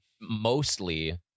mostly